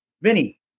Vinny